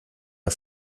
der